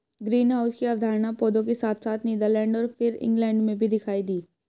greenhouse की अवधारणा पौधों के साथ साथ नीदरलैंड और फिर इंग्लैंड में भी दिखाई दी